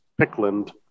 Pickland